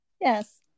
Yes